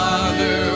Father